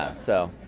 ah so